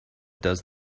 does